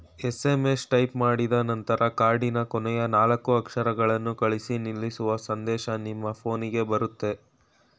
SMS type ಮಾಡಿದನಂತರ ಕಾರ್ಡಿನ ಕೊನೆಯ ನಾಲ್ಕು ಅಕ್ಷರಗಳನ್ನು ಕಳಿಸಿ ನಿಲ್ಲಿಸುವ ಸಂದೇಶ ನಿಮ್ಮ ಫೋನ್ಗೆ ಬರುತ್ತೆ